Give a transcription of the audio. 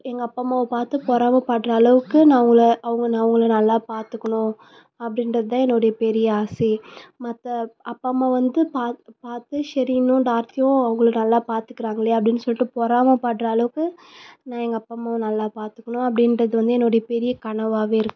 எங்கள் அப்பா அம்மாவை பார்த்து பொறாமப்படுற அளவுக்கு நான் அவங்களை அவங்க அவங்களை நான் நல்லா பார்த்துக்கணும் அப்படின்றது தான் என்னுடைய பெரிய ஆசையே மற்ற அப்பா அம்மா வந்து பார்த்து பார்த்து ஷெரினும் டார்த்தியும் அவங்களை நல்லா பார்த்துக்குறாங்களே அப்படின்னு சொல்லிட்டு பொறாமைப்படுற அளவுக்கு நான் எங்கள் அப்பா அம்மாவை நல்லா பார்த்துக்கணும் அப்படின்றது வந்து என்னுடைய பெரிய கனவாகவே இருக்குது